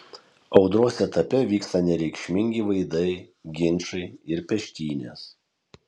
audros etape vyksta nereikšmingi vaidai ginčai ir peštynės